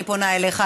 אני פונה אליך,